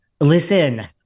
listen